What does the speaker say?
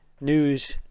news